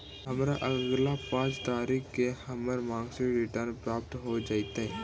हमरा अगला पाँच तारीख के हमर मासिक रिटर्न प्राप्त हो जातइ